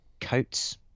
coats